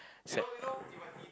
sec